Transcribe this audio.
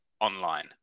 online